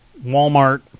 Walmart